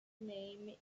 name